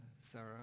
Sarah